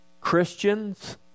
Christians